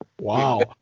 wow